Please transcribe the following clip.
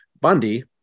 Bundy